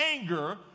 anger